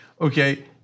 Okay